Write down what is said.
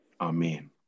Amen